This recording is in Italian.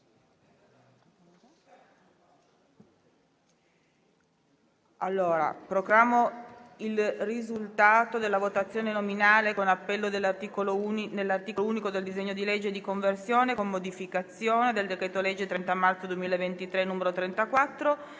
Proclamo il risultato della votazione nominale con appello dell'articolo unico del disegno di legge n. 714, di conversione in legge, con modificazioni, del decreto-legge 30 marzo 2023, n. 34,